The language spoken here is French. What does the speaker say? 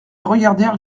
regardèrent